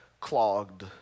clogged